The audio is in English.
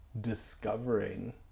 discovering